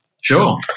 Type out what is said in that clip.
Sure